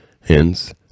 Hence